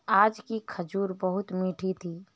आज की खजूर बहुत मीठी थी